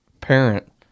parent